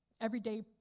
everyday